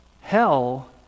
Hell